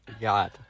God